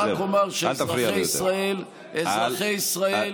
רק אומר שאזרחי ישראל,